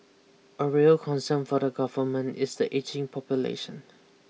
a real concern for the Government is the ageing population